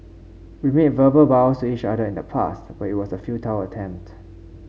we made verbal vows each other in the past but it was a futile attempt